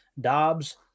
Dobbs